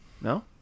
No